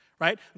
right